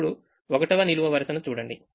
ఇప్పుడు 1వ నిలువు వరుసను చూడండి